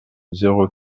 zéro